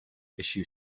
issue